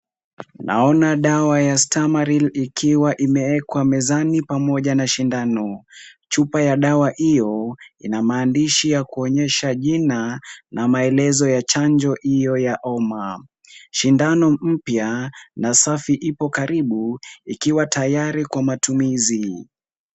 Naona dawa ya Stamaril ikiwa imewekwa mezani pamoja na sindano. Chupa ya dawa hiyo ina maandishi ya kuonyesha jina na maelezo ya chanjo hiyo ya homa. Sindano mpya na safi iko karibu ikiwa tayari kwa matumizi.